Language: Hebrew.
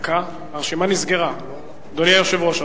אדוני היושב-ראש,